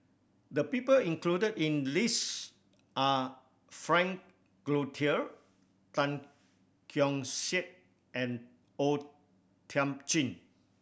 the people included in the list are Frank Cloutier Tan Keong Saik and O Thiam Chin